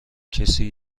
کسی